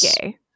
gay